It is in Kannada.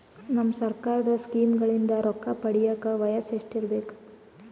ನಮ್ಮ ಸರ್ಕಾರದ ಸ್ಕೀಮ್ಗಳಿಂದ ರೊಕ್ಕ ಪಡಿಯಕ ವಯಸ್ಸು ಎಷ್ಟಿರಬೇಕು?